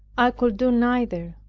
i could do neither.